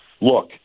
look